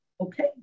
Okay